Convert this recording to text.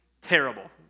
Terrible